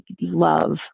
love